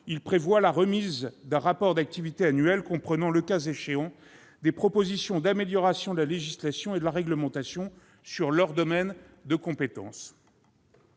Il prévoit enfin la remise d'un rapport d'activité annuel, comprenant le cas échéant des « propositions d'amélioration de la législation et de la réglementation » sur leur domaine de compétence.